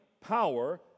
power